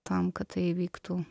tam kad tai įvyktų